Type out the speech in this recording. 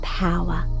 power